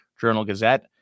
Journal-Gazette